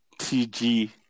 Tg